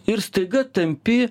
ir staiga tampi